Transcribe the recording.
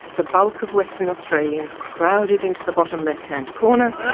the bulk of western australians crowded into the bottom lefthand corner,